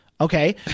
Okay